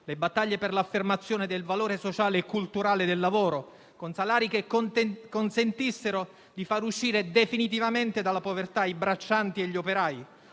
sue battaglie per l'affermazione del valore sociale e culturale del lavoro, con salari che consentissero di far uscire definitivamente dalla povertà i braccianti e gli operai